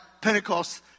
Pentecost